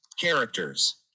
Characters